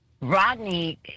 Rodney